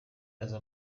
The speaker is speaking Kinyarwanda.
aza